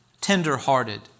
tender-hearted